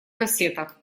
кассета